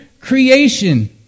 creation